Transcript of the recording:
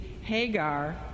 Hagar